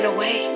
away